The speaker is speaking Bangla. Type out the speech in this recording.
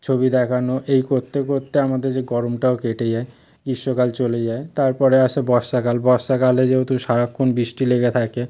ছবি দেখানো এই করতে করতে আমাদের এই গরমটাও কেটে যায় গীষ্মকাল চলে যায় তারপরে আসে বর্ষাকাল বর্ষাকালে যেহেতু সারাক্ষণ বৃষ্টি লেগে থাকে